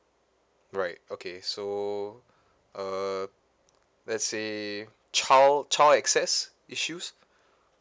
right okay so uh let's say child child access issues